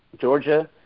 Georgia